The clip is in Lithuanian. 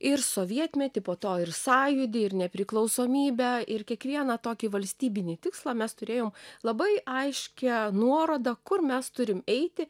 ir sovietmetį po to ir sąjūdį ir nepriklausomybę ir kiekvieną tokį valstybinį tikslą mes turėjom labai aiškią nuorodą kur mes turim eiti